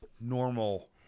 Normal